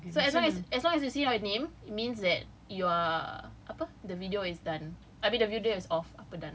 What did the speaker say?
right so as long as you see your name it means that you are apa the video is done I mean the video is off